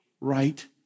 right